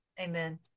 amen